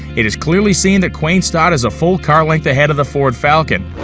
it is clearly seen that quain stott is a full car-length ahead of the ford falcon.